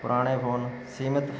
ਪੁਰਾਣੇ ਫੋਨ ਸੀਮਤ